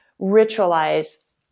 ritualize